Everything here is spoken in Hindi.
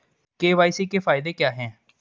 के.वाई.सी के फायदे क्या है?